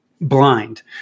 blind